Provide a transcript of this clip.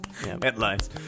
Headlines